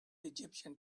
egyptian